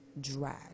drag